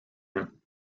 him